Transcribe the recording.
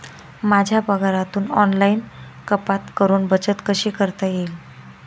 माझ्या पगारातून ऑनलाइन कपात करुन बचत कशी करता येईल?